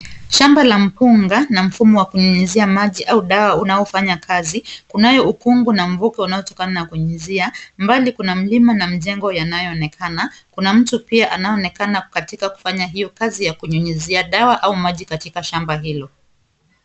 Shamba la mpunga na mfumo wa kunyunyuzia maji au dawa unaofanya kazi. Kunayo ukungu na mvuke unaotokana na kunyunyuzia, mbali kuna mlima na majengo yanayoonekana, kuna mtu pia anayeonekana katika kufanya hiyo kazi ya kunyunyuzia dawa au maji katika shamba hilo.